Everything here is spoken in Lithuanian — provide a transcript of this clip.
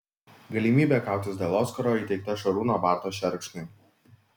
galimybė kautis dėl oskaro įteikta šarūno barto šerkšnui